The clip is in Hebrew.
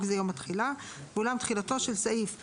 זה יום התחילה) ואולם תחילתו של סעיף 17ז(ד)